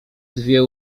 dwie